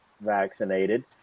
vaccinated